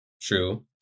true